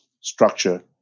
structure